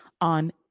on